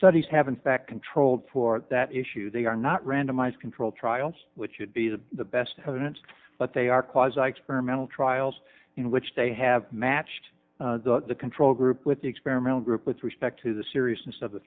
studies have in fact controlled for that issue they are not randomized controlled trials which should be to the best evidence that they are cause like her mental trials in which they have matched the control group with the experimental group with respect to the seriousness of the